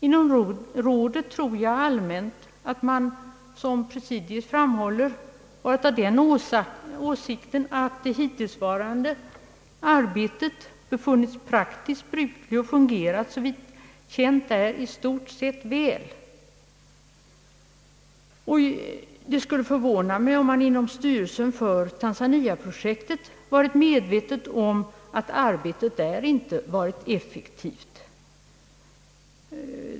Inom rådet tror jag att man, som presidiet framhåller, alltmänt varit av den åsikten att den hittillsvarande arbetsformen »befunnits praktiskt bruklig och fungerat såvitt känt är i stort sett väl». Det skulle förvåna mig om man inom styrelsen för Tanzania-projektet varit medveten om att arbetet där inte varit effektivt.